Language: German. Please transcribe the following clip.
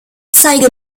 zeige